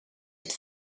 het